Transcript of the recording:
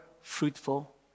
fruitful